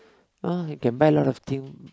oh you can buy a lot of thing